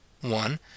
one